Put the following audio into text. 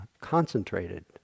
concentrated